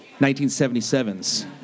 1977's